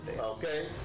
Okay